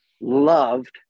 loved